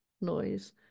noise